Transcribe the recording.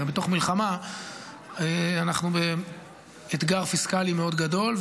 הרי בתוך המלחמה אנחנו באתגר פיסקלי מאוד גדול,